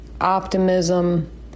optimism